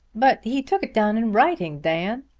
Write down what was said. but he took it down in writing, dan.